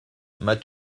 m’as